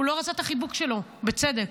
הוא לא רצה את החיבוק שלו, בצדק.